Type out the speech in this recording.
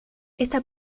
esta